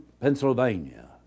Pennsylvania